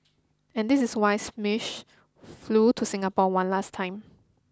and this is why Schmidt flew to Singapore one last time